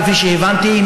כפי שהבנתי,